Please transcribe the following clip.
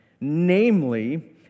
Namely